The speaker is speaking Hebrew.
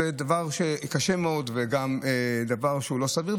זה דבר קשה מאוד וגם דבר שהוא לא סביר,